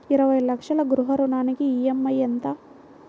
ఇరవై లక్షల గృహ రుణానికి ఈ.ఎం.ఐ ఎంత?